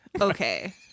Okay